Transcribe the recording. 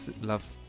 love